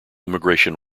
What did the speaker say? immigration